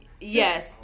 Yes